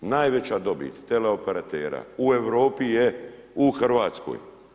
Najveća dobit teleoperatera u Europi je u Hrvatskoj.